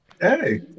Hey